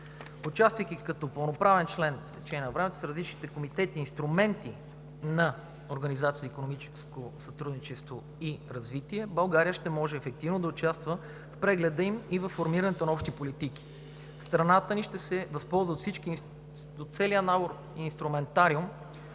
Участвайки като пълноправен член с течение на времето с различните комитети и инструменти на Организацията за икономическо сътрудничество и развитие, България ще може ефективно да участва в прегледа им и във формирането на общи политики. Страната ни ще се възползва от целия набор инструментариум